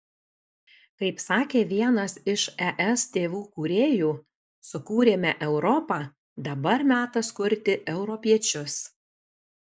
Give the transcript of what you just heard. kaip sakė vienas iš es tėvų kūrėjų sukūrėme europą dabar metas kurti europiečius